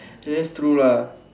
that's true lah